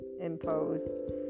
impose